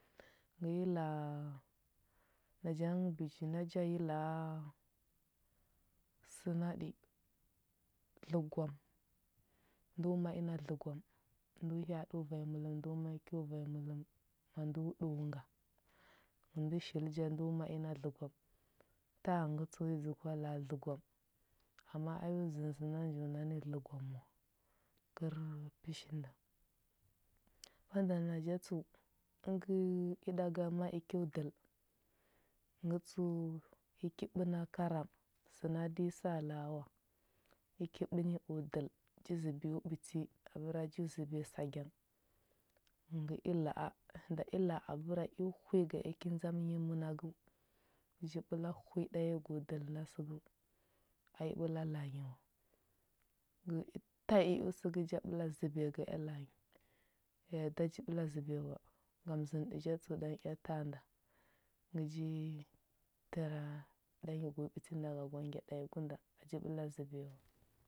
Ngə yi laa, naja ngə bəji na ja yi laa səna ɗi, dləgwam, ndo ma i na dləgwam. Ndo hya aɗo vanyi mələm ndo ma i kyo vanyi mələm, ma ndo ɗəu nga. Ngə ndə shili ja ndo ma i na dləgwam, ta nghə ngə tsəu yi dzəgwa la a dləgwam. Ama a yo zənə səna nju na ni dləgwam wa, kər pəshinda. Banda naja tsəu, əngə i ɗaga ma i kyo dəl, ngə tsəu i ki ɓə na karam, səna da yi saa laa wa. I ki ɓə ni o dəl ji zəbiyo ɓiti, abəra ju zəbiya sa gyang, ngə i la a, nda i la a abəra eo hwi ga ea ki ndzam nyi mənagəu, ngə ji ɓəla hwi ɗanyi gu dəl na səgəu, a i ɓəla laa nyi wa. Ngə i ta i eo səgə ja ɓəla zəbiya ga ea la a nyi, ya a da ji ɓəla zəbiya wa. Ngam zənəɗə ja tsəu ɗanyi ea ta nda. Ngə ji təra ɗanyi gu ɓiti nda ga gwa ngya ɗanyi gu nda, a ji ɓəla zəbiya wa.